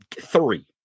three